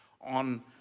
on